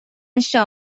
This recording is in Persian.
شاه